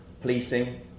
policing